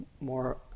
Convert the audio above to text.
more